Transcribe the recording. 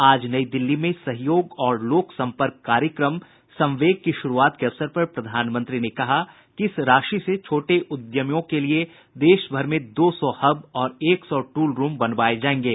आज नई दिल्ली में सहयोग और लोक संपर्क कार्यक्रम संवेग की शुरूआत के अवसर पर प्रधानमंत्री ने कहा कि इस राशि से छोटे उद्यमियों के लिए देश भर में दो सौ हब और एक सौ ट्रल रूम बनवाये जायेंगे